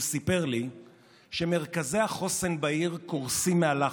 והוא סיפר לי שמרכזי החוסן בעיר קורסים מהלחץ.